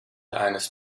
eines